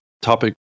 topic